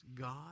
God